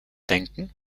denken